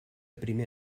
primer